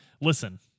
listen